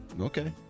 Okay